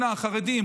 שנאה: חרדים,